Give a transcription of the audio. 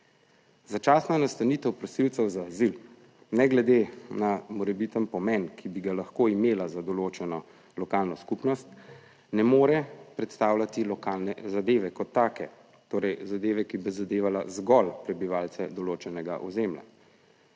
Začasna nastanitev prosilcev za azil, ne glede na morebiten pomen, ki bi ga lahko imela za določeno lokalno skupnost, ne more predstavljati lokalne zadeve kot take, torej zadeve, ki bi zadevala zgolj prebivalce določenega ozemlja,